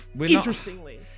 Interestingly